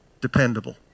dependable